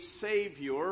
Savior